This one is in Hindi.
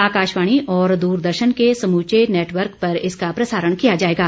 आकाशवाणी और दूरदर्शन के समूचे नेटवर्क पर इसका प्रसारण किया जाएगा